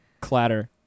clatter